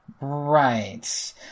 Right